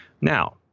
Now